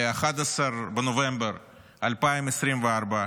ל-11 בנובמבר 2024,